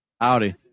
Howdy